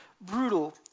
brutal